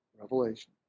Revelation